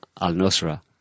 al-nusra